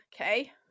Okay